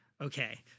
Okay